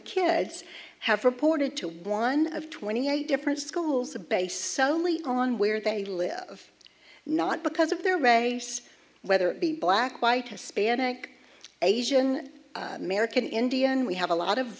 kids have reported to one of twenty eight different schools of based solely on where they live not because of their race whether it be black white hispanic asian american indian we have a lot of